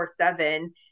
seven